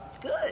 Good